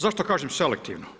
Zašto kažem selektivno?